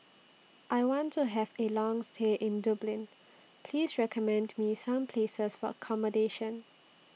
I want to Have A Long stay in Dublin Please recommend Me Some Places For accommodation